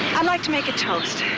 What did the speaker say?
i'd like to make a toast.